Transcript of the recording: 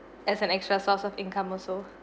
as an extra source of income also